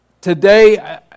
Today